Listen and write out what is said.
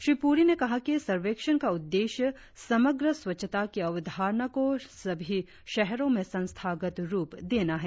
श्री पूरी ने कहा कि सर्वेक्षण का उद्देश्य समग्र स्वच्छता की अवधारणा को सभी शहरों में संस्थागत रुप देना है